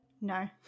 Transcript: No